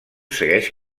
segueix